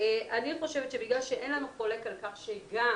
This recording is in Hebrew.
אני חושבת שבגלל שאין חולק על כך שגם